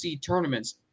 tournaments